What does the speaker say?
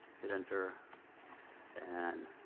hit enter and